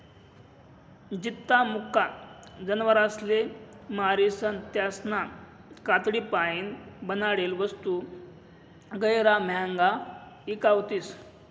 जित्ता मुका जनावरसले मारीसन त्यासना कातडीपाईन बनाडेल वस्तू गैयरा म्हांग्या ईकावतीस